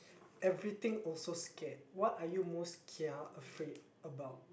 everything also scared what are you most kia afraid about